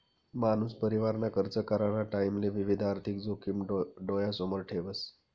मानूस परिवारना खर्च कराना टाईमले विविध आर्थिक जोखिम डोयासमोर ठेवस